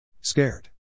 Scared